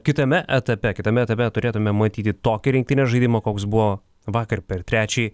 kitame etape kitame etape turėtume matyti tokį rinktinės žaidimą koks buvo vakar per trečiąjį